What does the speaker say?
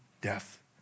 death